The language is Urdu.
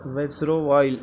ویزرووائل